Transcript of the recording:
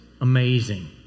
amazing